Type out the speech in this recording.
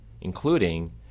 including